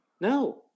No